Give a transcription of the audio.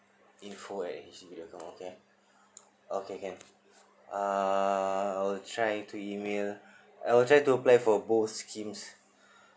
info at H D B dot com okay okay can uh I will try to email I'll try to apply for both schemes